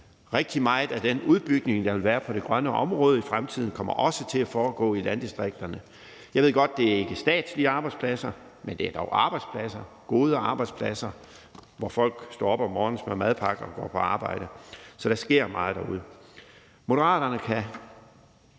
rigtig meget af den udbygning, der vil være på det grønne område i fremtiden, kommer også til at foregå i landdistrikterne. Jeg ved godt, at det ikke er statslige arbejdspladser, men det er dog arbejdspladser, gode arbejdspladser, hvor folk står op om morgenen, smører madpakke og går på arbejde. Så der sker meget derude. Moderaterne kan